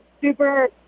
super